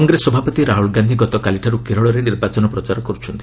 କଂଗ୍ରେସ ସଭାପତି ରାହୁଲ ଗାନ୍ଧି ଗତକାଲିଠାରୁ କେରଳରେ ନିର୍ବାଚନ ପ୍ରଚାର କର୍ରଛନ୍ତି